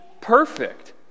perfect